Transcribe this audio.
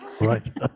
Right